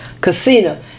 casino